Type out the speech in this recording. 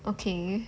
okay